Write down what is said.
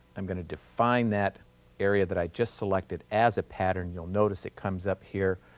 i'm going to define that area that i just selected as a pattern. you'll notice it comes up here.